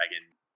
dragon